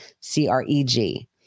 C-R-E-G